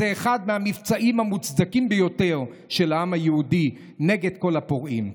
וזה אחד המבצעים המוצדקים ביותר של העם היהודי נגד כל הפורעים.